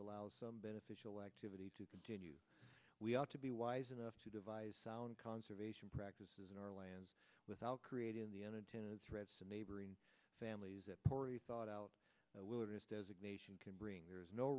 allow some beneficial activity to continue we ought to be wise enough to devise sound conservation practices in our land without creating the unintended threats and neighboring families that poorly thought out wilderness designation can bring there is no